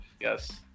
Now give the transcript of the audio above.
Yes